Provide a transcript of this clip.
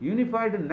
Unified